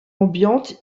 ambiante